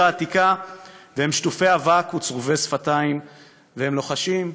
העתיקה / והם שטופי אבק וצרובי שפתיים / והם לוחשים: